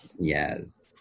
Yes